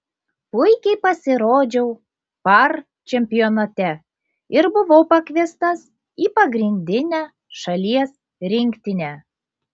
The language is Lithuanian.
puikiai pasirodžiau par čempionate ir buvau pakviestas į pagrindinę šalies rinktinę